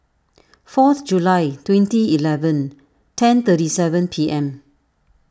fourth July twenty eleven ten thirty seven P M